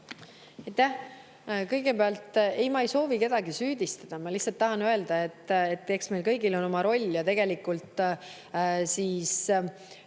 Kõigepealt, ei, ma ei soovi kedagi süüdistada. Ma lihtsalt tahan öelda, et meil kõigil on oma roll, ja tegelikult me